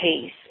peace